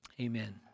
amen